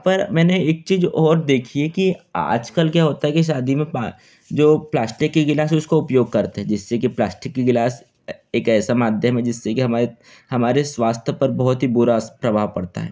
पर मैंने एक चीज़ और देखी है कि आज कल क्या होता है कि शादी में पा जो प्लास्टिक की गिलास उसको उपयोग करते हैं जिससे की प्लास्टिक कि गिलास एक ऐसा माध्यम है जिससे कि हमारे हमारे स्वास्थय पर बहुत ही बुरा अस प्रभाव पड़ता है